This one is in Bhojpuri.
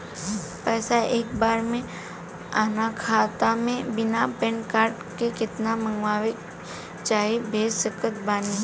पैसा एक बार मे आना खाता मे बिना पैन कार्ड के केतना मँगवा चाहे भेज सकत बानी?